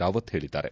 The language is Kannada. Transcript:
ರಾವತ್ ಹೇಳಿದ್ದಾರೆ